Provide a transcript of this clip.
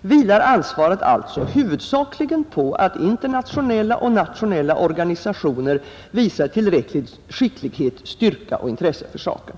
vilar ansvaret alltså huvudsakligen på att internationella och nationella organisationer visar tillräcklig skicklighet, styrka och intresse för saken.